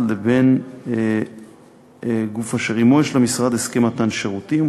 לבין גוף אשר עמו יש למשרד הסכם מתן שירותים.